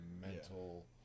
mental